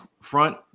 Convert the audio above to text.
front